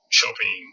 shopping